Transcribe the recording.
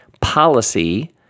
Policy